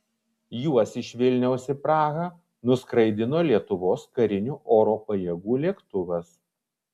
juos iš vilniaus į prahą nuskraidino lietuvos karinių oro pajėgų lėktuvas